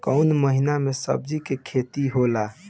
कोउन महीना में सब्जि के खेती होला?